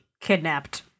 Kidnapped